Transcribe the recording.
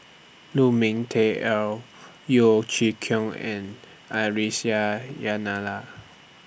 Lu Ming Teh Earl Yeo Chee Kiong and